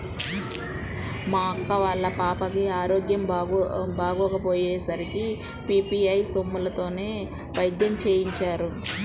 మా అక్క వాళ్ళ పాపకి ఆరోగ్యం బాగోకపొయ్యే సరికి పీ.పీ.ఐ సొమ్ములతోనే వైద్యం చేయించారు